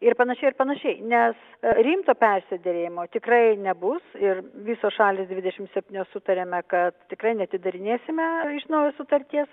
ir panašiai ir panašiai nes rimto persiderėjimo tikrai nebus ir visos šalys dvidešim septynios sutarėme kad tikrai neatidarinėsime iš naujo sutarties